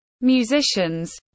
musicians